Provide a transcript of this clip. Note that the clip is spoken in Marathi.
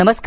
नमस्कार